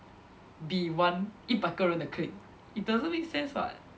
be one 一百个人的 clique it doesn't make sense [what]